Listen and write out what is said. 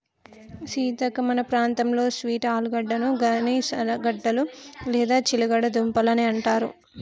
సీతక్క మన ప్రాంతంలో స్వీట్ ఆలుగడ్డని గనిసగడ్డలు లేదా చిలగడ దుంపలు అని అంటారు